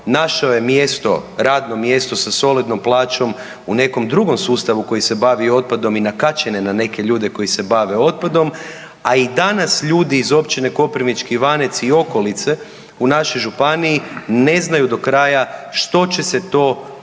našao je mjesto, radno mjesto sa solidnom plaćom u nekom drugom sustavu koji se bavi otpadom i nakačen je na neke ljude koji se bave otpadom, a i danas ljudi iz općine Koprivnički Ivanec i okolice u našoj županiji ne znaju do kraja što će se to voziti